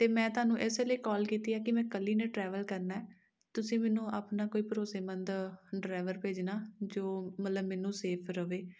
ਅਤੇ ਮੈਂ ਤੁਹਾਨੂੰ ਇਸ ਲਈ ਕੋਲ ਕੀਤੀ ਹੈ ਕਿ ਮੈਂ ਇਕੱਲੀ ਨੇ ਟਰੈਵਲ ਕਰਨਾ ਤੁਸੀਂ ਮੈਨੂੰ ਆਪਣਾ ਕੋਈ ਭਰੋਸੇਮੰਦ ਡਰਾਇਵਰ ਭੇਜਣਾ ਜੋ ਮਤਲਬ ਮੈਨੂੰ ਸੇਫ ਰਹੇ